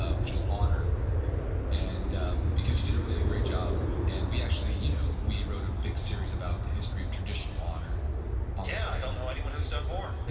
ah which is honor and because you did a really great job and we actually you know, we wrote a big series about the history of traditional honor yeah don't know anyone who's done more. it's